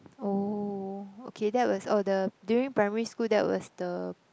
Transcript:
oh okay that was oh the during primary school that was the